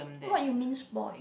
what you mean spoil